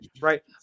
right